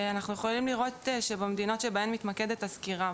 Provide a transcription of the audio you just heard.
אנחנו יכולים לראות שבמדינות שבהן מתמקדת הסקירה,